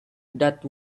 that